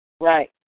Right